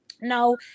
Now